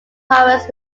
palmas